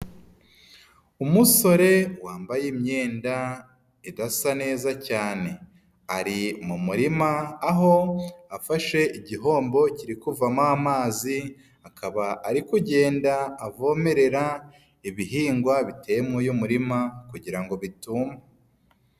Umusore wambaye imyenda idasa neza cyane, ari mu murima aho afashe igihombo kiri kuvamo amazi, akaba ari kugenda avomerera ibihingwa biteye muri uyu murima kugira ngo bituma.